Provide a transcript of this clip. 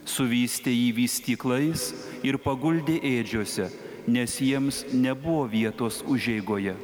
suvystė jį vystyklais ir paguldė ėdžiose nes jiems nebuvo vietos užeigoje